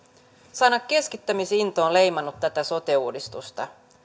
sana keskittämisinto on leimannut tätä sote uudistusta